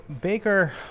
Baker